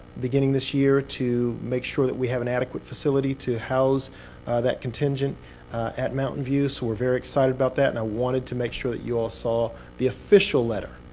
beginning this year, to make sure that we have an adequate facility to house that contingent at mountain view. so we're very excited about that. and i wanted to make sure that you all saw the official letter,